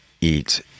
eat